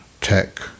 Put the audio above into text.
tech